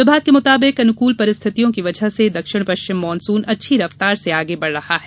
विभाग के मुताबिक अनुकूल परिस्थितियों की वजह से दक्षिण पश्चिम मानसून अच्छी रफ्तार से आगे बढ़ रहा है